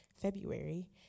February